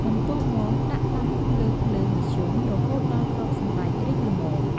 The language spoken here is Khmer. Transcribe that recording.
បន្ទាប់មក ដាក់ដាំលើភ្លើងមធ្យម រហូតដល់គ្រាប់សណ្ដែករីកល្មម។